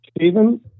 Stephen